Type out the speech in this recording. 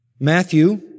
Matthew